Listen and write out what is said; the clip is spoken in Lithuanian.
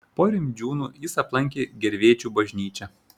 po rimdžiūnų jis aplankė gervėčių bažnyčią